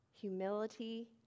Humility